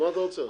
אז מה אתה רוצה?